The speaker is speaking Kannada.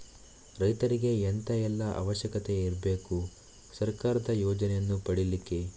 ರೈತರಿಗೆ ಎಂತ ಎಲ್ಲಾ ಅವಶ್ಯಕತೆ ಇರ್ಬೇಕು ಸರ್ಕಾರದ ಯೋಜನೆಯನ್ನು ಪಡೆಲಿಕ್ಕೆ?